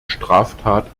straftat